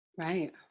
Right